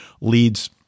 leads